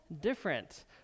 Different